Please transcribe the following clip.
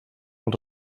els